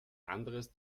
anderes